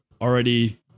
already